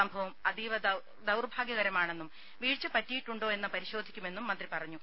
സംഭവം അതീവ ദൌർഭാഗ്യകരമാണെന്നും വീഴ്ച പറ്റിയിട്ടുണ്ടോ എന്ന് പരിശോധിക്കുമെന്നും മന്ത്രി പറഞ്ഞു